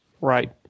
Right